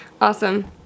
Awesome